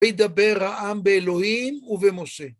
וידבר העם באלוהים ובמשה.